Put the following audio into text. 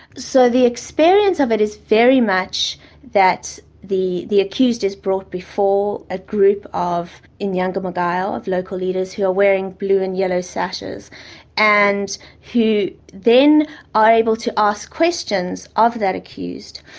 so the experience of it is very much that the the accused is brought before a group of inyangamugayos, local leaders, who are wearing blue and yellow sashes and who then are able to ask questions of that accused.